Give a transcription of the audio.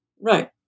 Right